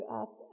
up